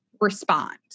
respond